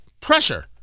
pressure